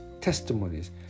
testimonies